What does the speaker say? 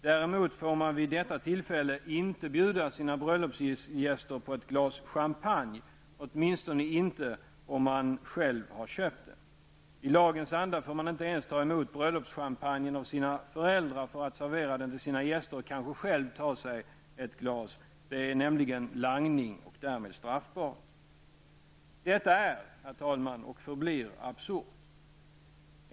Däremot får man vid detta tillfälle inte bjuda sina bröllopsgäster på ett glas champagne, åtminstone inte om man själv har köpt den. I lagens anda får man inte ens ta emot bröllopschampagnen av sina föräldrar för att servera den till sina gäster och kanske själv ta sig ett glas. Det är nämligen langning och därmed straffbart. Herr talman! Detta är och förblir absurt!